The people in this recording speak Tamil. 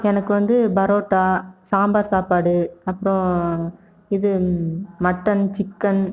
எனக்கு வந்து பரோட்டா சாம்பார் சாப்பாடு அப்புறம் இது மட்டன் சிக்கன்